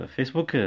Facebook